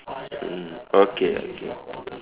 mm okay